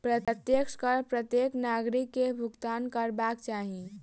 प्रत्यक्ष कर प्रत्येक नागरिक के भुगतान करबाक चाही